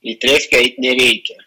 į trefkę eit nereikia